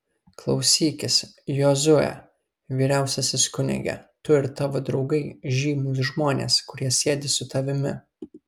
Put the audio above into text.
klausykis jozue vyriausiasis kunige tu ir tavo draugai žymūs žmonės kurie sėdi su tavimi